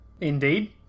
Indeed